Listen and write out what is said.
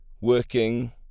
working